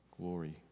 glory